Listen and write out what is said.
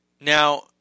now